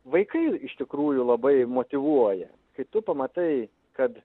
vaikai iš tikrųjų labai motyvuoja kai tu pamatai kad